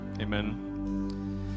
Amen